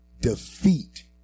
defeat